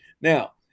now